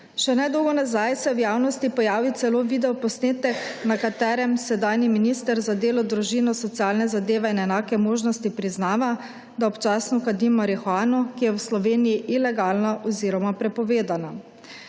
Še nedolgo nazaj se je v javnosti pojavil celo video posnetek, na katerem sedanji minister za delo, družino, socialne zadeve in enake možnosti priznava, da občasno kadi marihuano, ki je v Sloveniji ilegalna oziroma prepovedana.